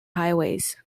highways